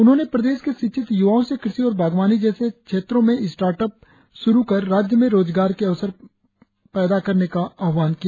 उन्होंने प्रदेश के शिक्षित युवाओं से क्रषि और बागवानी जैसे क्षेत्रों में स्टार्ट अप शुरु कर राज्य में रोजगार के अवसर पर पैदा करने का आह्वान किया